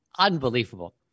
unbelievable